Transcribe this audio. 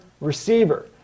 receiver